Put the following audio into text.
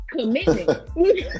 Commitment